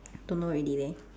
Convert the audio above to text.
don't know already leh